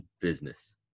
business